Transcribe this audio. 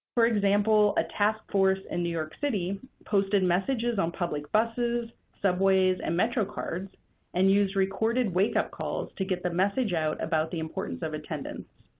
for example, a task force in new york city posted messages on public buses, subways, and metro cards and used recorded wake-up calls to get the message out about the importance of attendance.